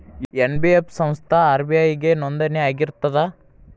NBF ಸಂಸ್ಥಾ RBI ಗೆ ನೋಂದಣಿ ಆಗಿರ್ತದಾ?